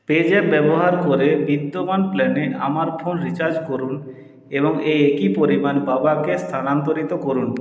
PayZapp ব্যবহার করে বিদ্যমান প্ল্যানে আমার ফোন রিচার্জ করুন এবং এই একই পরিমাণ বাবাকে স্থানান্তরিত করুন